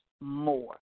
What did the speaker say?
more